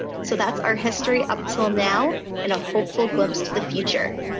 so that's our history up till now and a hopeful glimpse to the future.